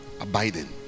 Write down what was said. abiding